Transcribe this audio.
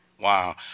Wow